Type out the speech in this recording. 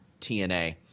TNA